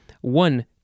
One